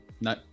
no